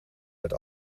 werd